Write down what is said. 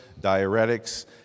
diuretics